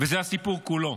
וזה הסיפור כולו: